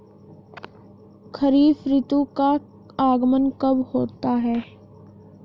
खरीफ ऋतु का आगमन कब होता है?